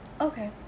okay